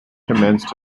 commenced